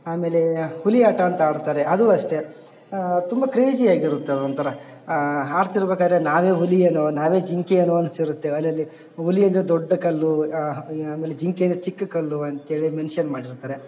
ಆಮೇಲೆ ಹುಲಿಯಾಟಾಂತ ಆಡ್ತಾರೆ ಅದು ಅಷ್ಟೇ ತುಂಬ ಕ್ರೇಜಿಯಾಗಿರುತ್ತೆ ಅದೊಂಥರ ಆಡ್ತಿರ್ಬೇಕಾರೆ ನಾವೇ ಹುಲಿ ಏನೋ ನಾವೇ ಜಿಂಕೆ ಏನೋ ಅನ್ಸಿರುತ್ತೆ ಅಲೆಲಿ ಹುಲಿ ಅಂದರೆ ದೊಡ್ಡ ಕಲ್ಲು ಆಮೇಲೆ ಜಿಂಕೆ ಅಂದರೆ ಚಿಕ್ಕ ಕಲ್ಲು ಅಂತ್ಹೇಳಿ ಮೆನ್ಷನ್ ಮಾಡಿರ್ತಾರೆ